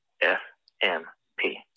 F-M-P